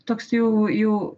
toks jau jau